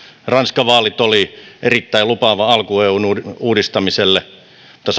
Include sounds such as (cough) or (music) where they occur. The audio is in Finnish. ranskan vaalit olivat erittäin lupaava alku eun uudistamiselle mutta (unintelligible)